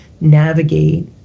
navigate